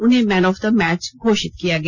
उन्हें man of the match घोषित किया गया